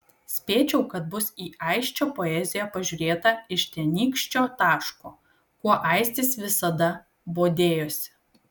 spėčiau kad bus į aisčio poeziją pažiūrėta iš tenykščio taško kuo aistis visada bodėjosi